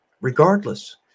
Regardless